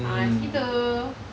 ah macam gitu